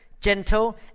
gentle